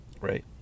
right